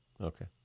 Okay